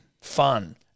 Fun